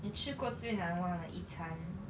你吃过最难忘的一餐